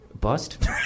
bust